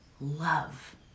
love